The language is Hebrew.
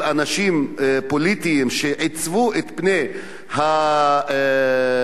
אנשים פוליטיים שעיצבו את פני האוכלוסייה,